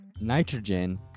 nitrogen